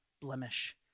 blemish